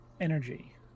energy